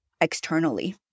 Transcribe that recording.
externally